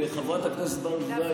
וחברת הכנסת ברביבאי,